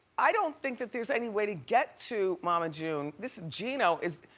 i don't think that there's any way to get to mama june. this geno is,